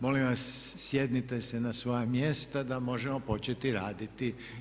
Molim vas sjednite se na svoja mjesta da možemo početi raditi.